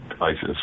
ISIS